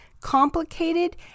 complicated